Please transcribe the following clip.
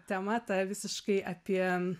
tema ta visiškai apie